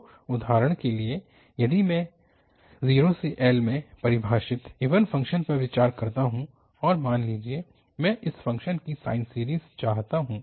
तो उदाहरण के लिए यदि मैं 0 से L में परिभाषित इवन फ़ंक्शन पर विचार करता हूं और मान लीजिए मैं इस फ़ंक्शन की साइन सीरीज़ चाहता हूं